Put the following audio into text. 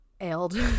ailed